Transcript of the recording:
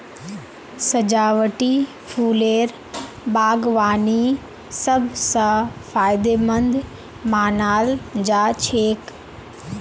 सजावटी फूलेर बागवानी सब स फायदेमंद मानाल जा छेक